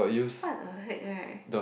what the heck right